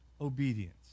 obedience